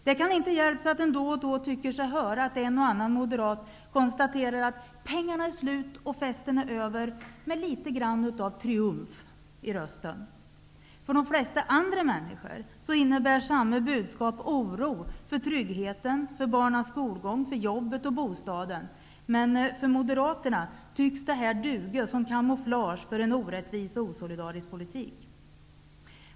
Det kan inte hjälpas att man då och då tycker sig höra att en och annan moderat med litet grand av triumf i rösten konstaterar att pengarna är slut och att festen är över. För de flesta andra männi skor innebär samma budskap oro för tryggheten, för barnens skolgång, för jobbet och för bosta den. Men för Moderaterna tycks detta duga som kamouflage för en orättvis och osolidarisk politik.